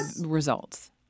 results